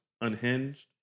unhinged